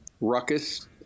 ruckus